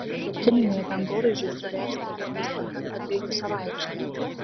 kinijoje dangoraižiui suręsti kartais pakanka dviejų savaičių